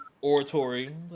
oratory